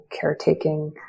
caretaking